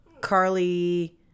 Carly